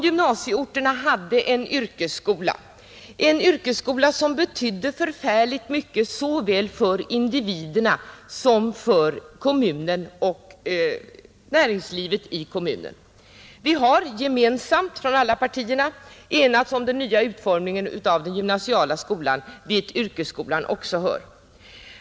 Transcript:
De hade en yrkesskola som betydde mycket såväl för individerna som för kommunen och näringslivet i kommunen. Vi har från alla partier enats om den nya utformningen av den gymnasiala skolan, dit yrkesskolan nu hör.